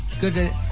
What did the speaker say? good